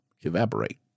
evaporate